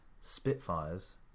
Spitfires